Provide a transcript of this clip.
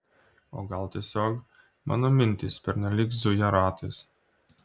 o gal tiesiog mano mintys pernelyg zuja ratais